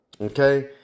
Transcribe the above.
okay